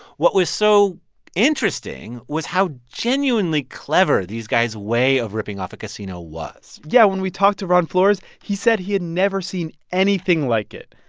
what was so interesting was how genuinely clever these guys' way of ripping off a casino was yeah. when we talked to ron flores, he said he had never seen anything like it.